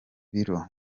biro